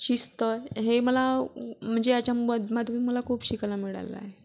शिस्त हे मला म्हणजे याच्यामदमधून मला खूप शिकायला मिळालं आहे